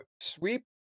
sweep